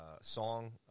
song